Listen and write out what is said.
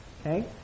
okay